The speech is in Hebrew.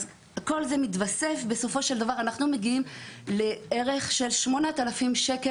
אז כל זה מתווסף ובסופו של דבר אנחנו מגיעים לערך של 8,000 ש"ח.